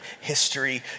history